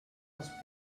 els